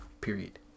Period